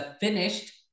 finished